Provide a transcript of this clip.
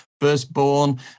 firstborn